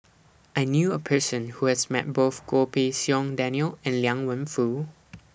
I knew A Person Who has Met Both Goh Pei Siong Daniel and Liang Wenfu